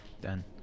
Done